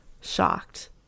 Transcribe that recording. Shocked